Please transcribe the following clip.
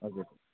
हजुर